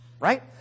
Right